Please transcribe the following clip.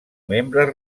membres